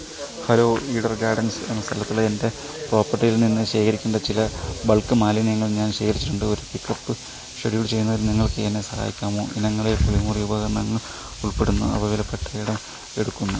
hello Eder Gardens എന്ന സ്ഥലത്തുള്ള എൻ്റെ പ്രോപ്പർട്ടിയിൽ നിന്ന് ശേഖരിക്കേണ്ട ചില ബൾക്ക് മാലിന്യങ്ങൾ ഞാൻ ശേഖരിച്ചിട്ടുണ്ട് ഒരു പിക്കപ്പ് ഷെഡ്യൂൾ ചെയ്യുന്നതിൽ നിങ്ങൾക്ക് എന്നെ സഹായിക്കാമോ ഇനങ്ങളിൽ കുളിമുറി ഉപകരണങ്ങൾ ഉൾപ്പെടുന്നു അവ വിലപ്പെട്ട ഇടം എടുക്കുന്നു